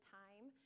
time